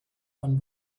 von